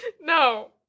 No